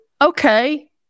okay